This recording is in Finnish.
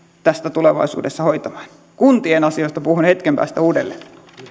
tulevaisuudessa hoitamaan kuntien asioista puhun hetken päästä uudelleen